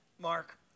Mark